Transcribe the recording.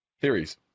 theories